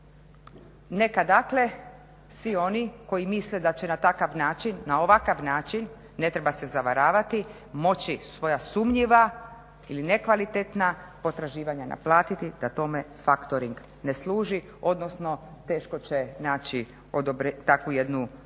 Neka dakle, svi oni koji misle da će na takav način, na ovakav način, ne treba se zavaravati moći svoja sumnjiva ili nekvalitetna potraživanja naplatiti da tome factoring ne služi, odnosno teško će naći takvu jednu, takvo